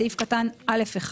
בסעיף קטן (א1).